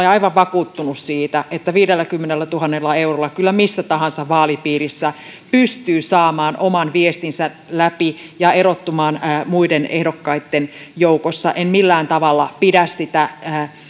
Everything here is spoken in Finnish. ja olen aivan vakuuttunut siitä että viidelläkymmenellätuhannella eurolla kyllä missä tahansa vaalipiirissä pystyy saamaan oman viestinsä läpi ja erottumaan muiden ehdokkaitten joukossa en millään tavalla pidä sitä